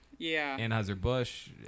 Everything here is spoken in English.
Anheuser-Busch